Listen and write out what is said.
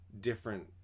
different